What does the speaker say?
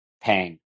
Pang